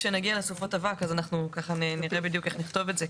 כשנגיע לסופות אבק אז אנחנו ככה נראה בדיוק איך נכתוב את זה,